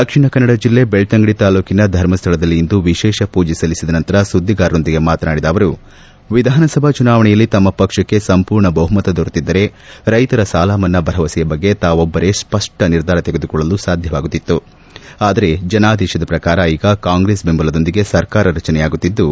ದಕ್ಷಿಣಕನ್ನಡ ಜಿಲ್ಲೆ ಬೆಳ್ತಂಗಡಿ ತಾಲ್ಡೂಟಿನ ಧರ್ಮಸ್ವಳದಲ್ಲಿ ಇಂದು ವಿಶೇಷ ಪೂಜೆ ಸಲ್ಲಿಸಿದ ನಂತರ ಸುದ್ದಿಗಾರರೊಂದಿಗೆ ಮಾತನಾಡಿದ ಅವರು ವಿಧಾನಸಭಾ ಚುನಾವಣೆಯಲ್ಲಿ ತಮ್ಮ ಪಕ್ಷಕ್ಕೆ ಸಂಪೂರ್ಣ ಬಹುಮತ ದೊರೆತಿದ್ದರೆ ರೈತರ ಸಾಲ ಮನ್ನಾ ಭರವಸೆಯ ಬಗ್ಗೆ ತಾವೊಬ್ಬರೇ ಸ್ಪಷ್ಟ ನಿರ್ಧಾರ ತೆಗೆದುಕೊಳ್ಳಲು ಸಾಧ್ಯವಾಗುತ್ತಿತ್ತು ಆದರೆ ಜನಾದೇಶದ ಪ್ರಕಾರ ಈಗ ಕಾಂಗ್ರೆಸ್ ಬೆಂಬಲದೊಂದಿಗೆ ಸರ್ಕಾರ ರಚನೆಯಾಗುತ್ತಿದ್ದು